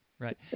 Right